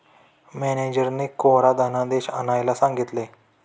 मॅनेजरने कोरा धनादेश आणायला सांगितले